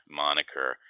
moniker